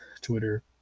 Twitter